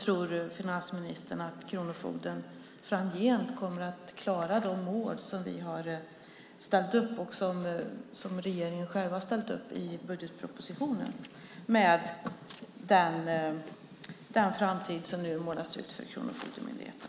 Tror finansministern att kronofogden framgent kommer att klara de mål som vi har ställt upp och som regeringen själv har ställt upp i budgetpropositionen med den framtid som nu målas ut för Kronofogdemyndigheten?